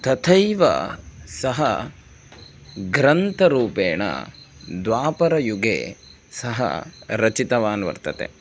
तथैव सः ग्रन्थरूपेण द्वापारयुगे सः रचितवान् वर्तते